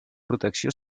protecció